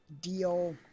deal